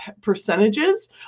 percentages